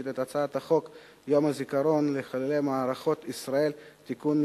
את הצעת חוק יום הזיכרון לחללי מערכות ישראל (תיקון מס'